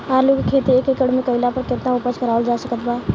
आलू के खेती एक एकड़ मे कैला पर केतना उपज कराल जा सकत बा?